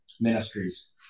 ministries